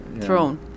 thrown